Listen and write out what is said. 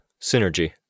Synergy